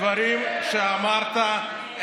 הדברים שאמרת,